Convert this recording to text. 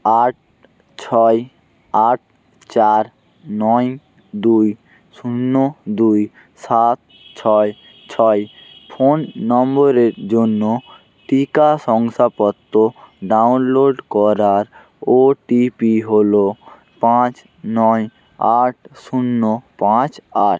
আট ছয় আট চার নয় দুই শূন্য দুই সাত ছয় ছয় ফোন নম্বরের জন্য টিকা শংসাপত্র ডাউনলোড করার ওটিপি হল পাঁচ নয় আট শূন্য পাঁচ আট